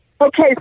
Okay